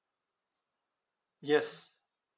yes